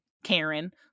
Karen